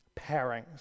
pairings